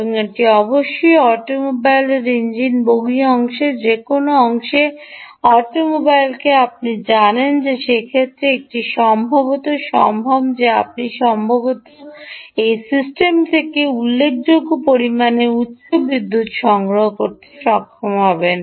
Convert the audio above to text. এবং এটি অবশ্যই অটোমোবাইলের ইঞ্জিন বগি অংশে যে কোনও অটোমোবাইলকে আপনি জানেন সে ক্ষেত্রে এটি সম্ভবত সম্ভব যে আপনি সম্ভবত এই সিস্টেমটি থেকে উল্লেখযোগ্য পরিমাণে উচ্চ বিদ্যুত সংগ্রহ করতে সক্ষম হবেন